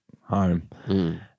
home